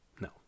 no